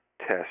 test